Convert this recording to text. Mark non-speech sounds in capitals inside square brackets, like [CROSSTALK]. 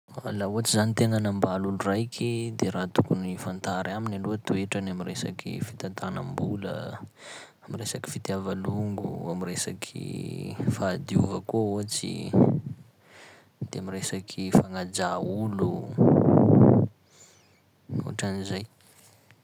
Fa la ohatsy zany tegna agnambaly olo raiky de raha tokony fantary aminy aloha toetrany amy resaky fitantagnambola, amy resaky fitiava longo, amy resaky fahadiova koa ohatsy de amy resaky fagnaja olo, [NOISE] ohatran'izay.